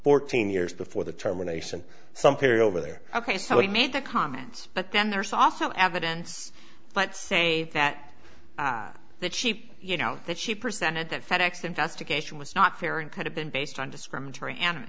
fourteen years before the terminations some theory over there ok so he made the comments but then there's also evidence let's say that the cheap you know that she presented that fed ex investigation was not fair and could have been based on discriminatory anima